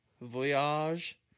Voyage